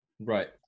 Right